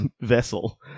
vessel